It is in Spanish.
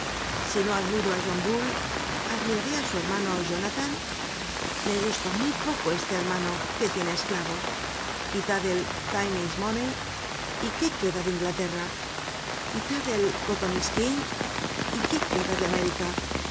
si no admiro á john bull admiraré á su hermano jonathan me gusta muy poco este hermano que tiene esclavos quitad el time is money y qué queda de inglaterra quitad el cotton isking y qué queda de américa